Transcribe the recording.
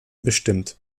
bestimmt